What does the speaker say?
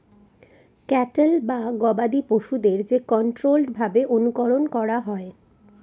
cattle বা গবাদি পশুদের যে কন্ট্রোল্ড ভাবে অনুকরন করা হয়